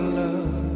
love